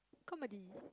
comedy